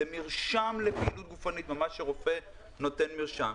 מרשם לפעילות גופנית הרופא נותן ממש מרשם.